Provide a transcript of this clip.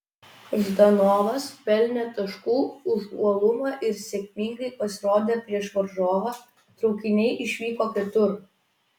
ždanovas pelnė taškų už uolumą ir sėkmingai pasirodė prieš varžovą traukiniai išvyko kitur